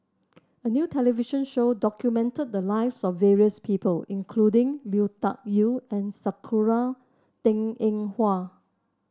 a new television show documented the lives of various people including Lui Tuck Yew and Sakura Teng Ying Hua